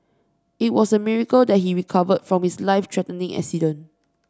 it was a miracle that he recovered from his life threatening accident